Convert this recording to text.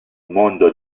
mondo